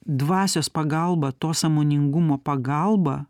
dvasios pagalba to sąmoningumo pagalba